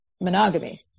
monogamy